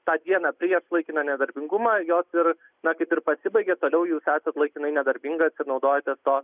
tą dieną prieš laikiną nedarbingumą jos ir na kaip ir pasibaigia toliau jūs esat laikinai nedarbingas naudojatės to